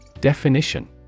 Definition